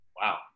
Wow